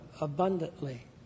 abundantly